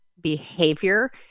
behavior